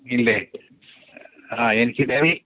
ഇല്ല ഇല്ല ആ എനിക്ക് ഡെയറി